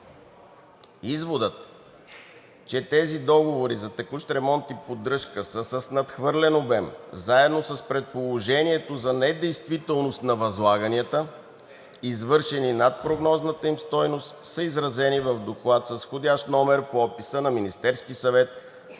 Изводът е, че тези договори за текущ ремонт и поддръжка са с надхвърлен обем. Заедно с предположението за недействителност на възлаганията, извършени над прогнозната им стойност, са изразени в Доклад с вх. № 04-0476 от 1 октомври 2021 г. по описа на Министерския съвет